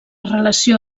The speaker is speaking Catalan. relació